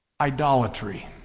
Idolatry